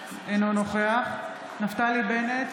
אינו נוכח נפתלי בנט,